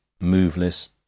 moveless